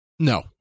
No